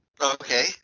Okay